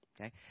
Okay